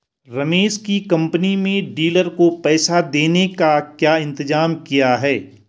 रमेश की कंपनी में डीलर को पैसा देने का क्या इंतजाम किया है?